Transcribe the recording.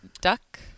duck